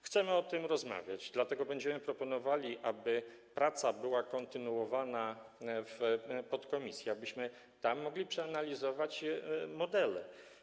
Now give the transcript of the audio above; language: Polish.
Chcemy o tym rozmawiać, dlatego będziemy proponowali, aby praca była kontynuowana w podkomisji, abyśmy tam mogli przeanalizować modele.